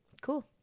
cool